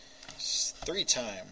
Three-time